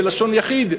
בלשון יחיד,